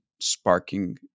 sparking